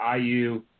IU